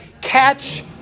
Catch